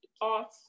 off